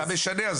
אתה משנה,